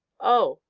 oh!